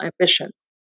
ambitions